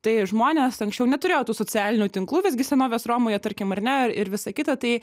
tai žmonės anksčiau neturėjo tų socialinių tinklų visgi senovės romoje tarkim ar ne ir visa kita tai